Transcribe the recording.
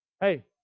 hey